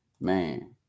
man